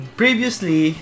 previously